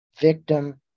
victim